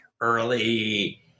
Early